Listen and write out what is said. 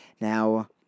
Now